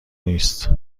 نیست